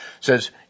says